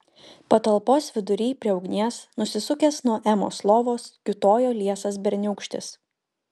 patalpos vidury prie ugnies nusisukęs nuo emos lovos kiūtojo liesas berniūkštis